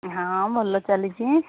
ହଁ ଭଲ ଚାଲିଛି